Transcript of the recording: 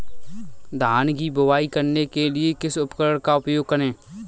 धान की बुवाई करने के लिए किस उपकरण का उपयोग करें?